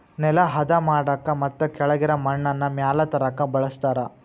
ನೆಲಾ ಹದಾ ಮಾಡಾಕ ಮತ್ತ ಕೆಳಗಿರು ಮಣ್ಣನ್ನ ಮ್ಯಾಲ ತರಾಕ ಬಳಸ್ತಾರ